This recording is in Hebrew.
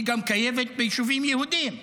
היא קיימת גם ביישובים יהודיים.